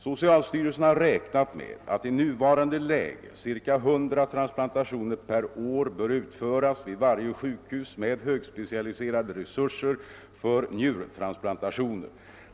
Socialstyrelsen har räknat med att i nuvarande läge ca 100 transplantationer per år bör utföras vid varje sjukhus med ' högspecialiserade resurser för njurtransplantationer.